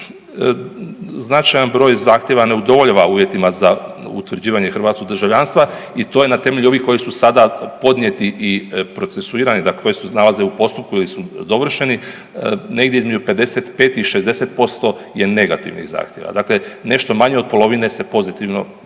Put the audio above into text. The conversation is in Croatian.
značajan broj zahtjeva ne udovoljava uvjetima za utvrđivanje hrvatskog državljanstva i to je na temelju ovih koji su sada podnijeti i procesuirani, da koji se nalaze u postupku ili su dovršeni, negdje između 55 i 60% je negativnih zahtjeva. Dakle, nešto manje od polovine se pozitivno do